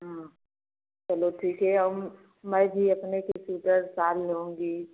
चलो ठीक है अब हम मैं भी अपने सूटर साल लूँगी